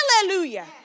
Hallelujah